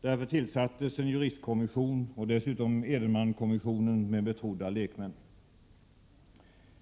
Därför tillsattes en juristkommission och dessutom Edenmankommissionen med betrodda lekmän.